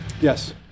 Yes